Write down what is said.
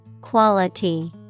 Quality